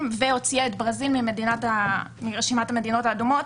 והוציאה את ברזיל מרשימת המדינות האדומות.